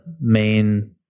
main